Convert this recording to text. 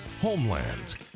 Homeland